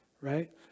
right